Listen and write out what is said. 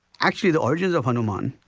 actually, the origins of hanuman.